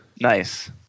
Nice